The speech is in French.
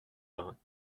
vingts